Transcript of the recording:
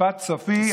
משפט סופי.